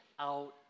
out